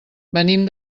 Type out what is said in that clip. venim